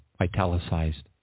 italicized